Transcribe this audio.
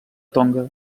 tonga